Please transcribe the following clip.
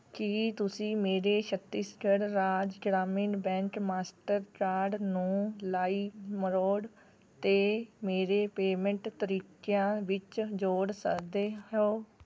ਕੀ ਤੁਸੀਂ ਮੇਰੇ Chhattisgarh Raj Gramin bank Mastercard ਨੂੰ ਲਾਈਮਰੋਡ 'ਤੇ ਮੇਰੇ ਪੇਮੈਂਟ ਤਰੀਕਿਆਂ ਵਿੱਚ ਜੋੜ ਸਕਦੇ ਹੋ